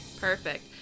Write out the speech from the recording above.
perfect